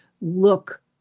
look